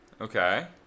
Okay